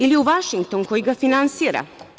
Ili u Vašington, koji ga finansira?